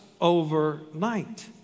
overnight